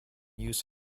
use